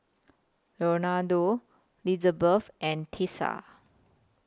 Leonardo Lizabeth and Tessa